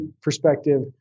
perspective